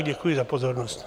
Děkuji za pozornost.